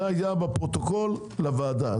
זה היה בפרוטוקול לוועדה.